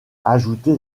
ajouter